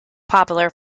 popular